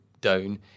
down